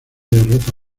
derrota